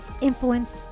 influence